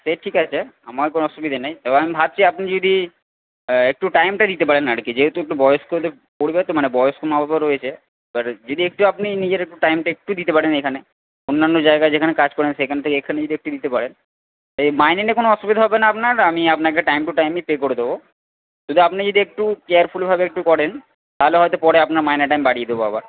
সে ঠিক আছে আমার কোনও অসুবিধা নেই এবার আমি ভাবছি আপনি যদি একটু টাইমটা দিতে পারেন আর কি যেহেতু একটু বয়স্কদের পরিবার তো মানে বয়স্ক মা বাবা রয়েছে এবার যদি একটু আপনি নিজের একটু টাইমটা একটু দিতে পারেন এখানে অন্যান্য জায়গায় যেখানে কাজ করেন সেখান থেকে এখানে একটু যদি দিতে পারেন মাইনে নিয়ে কোনও অসুবিধা হবে না আপনার আমি আপনাকে টাইম টু টাইমই পে করে দেব কিন্তু আপনি যদি একটু কেয়ারফুল ভাবে একটু করেন তাহলে হয়তো পরে আপনার মাইনেটা আমি বাড়িয়ে দেব আবার